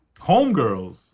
Homegirls